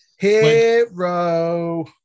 Hero